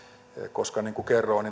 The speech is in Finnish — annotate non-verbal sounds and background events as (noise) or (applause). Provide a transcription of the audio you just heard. koska niin kuin kerroin (unintelligible)